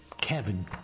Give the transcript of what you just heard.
Kevin